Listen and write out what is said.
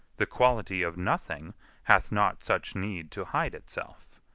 the quality of nothing hath not such need to hide itself.